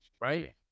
right